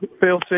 Phil